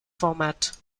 format